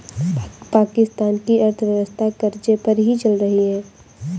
पाकिस्तान की अर्थव्यवस्था कर्ज़े पर ही चल रही है